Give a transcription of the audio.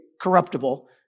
corruptible